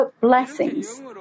blessings